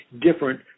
different